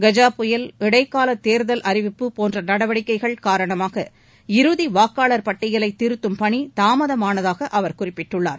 கஜா புயல் இடைக்கால தேர்தல் அறிவிப்பு போன்ற நடவடிக்கைகள் காரணமாக இறுதி வாக்காளர் பட்டியலை திருத்தம் பணி தாமதமானதாக அவர் குறிப்பிட்டுள்ளார்